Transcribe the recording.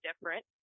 Different